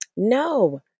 No